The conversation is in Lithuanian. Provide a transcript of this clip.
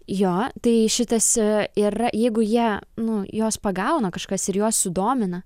jo tai šitas yra jeigu jie nu juos pagauna kažkas ir juos sudomina